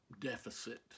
deficit